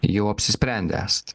jau apsisprendę esat